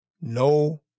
No